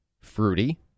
fruity